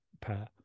pair